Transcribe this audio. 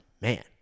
man